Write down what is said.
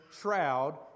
shroud